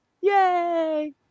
Yay